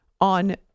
on